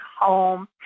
home